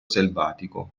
selvatico